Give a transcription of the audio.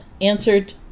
answered